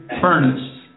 furnace